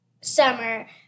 summer